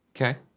Okay